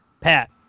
pat